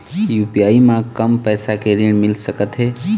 UPI म कम पैसा के ऋण मिल सकथे?